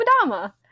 Madama